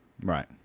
Right